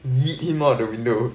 yeet him out of the window